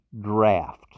draft